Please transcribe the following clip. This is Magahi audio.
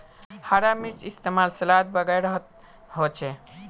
हरा मिर्चै इस्तेमाल सलाद वगैरहत होचे